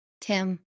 tim